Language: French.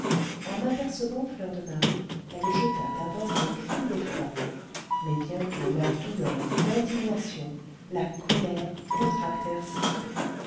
en apercevant fleur de marie elle jeta d'abord un cri d'effroi mais bientôt la douleur l'indignation la colère contractèrent ses traits